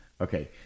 Okay